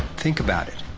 think about it.